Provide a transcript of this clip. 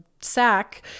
sack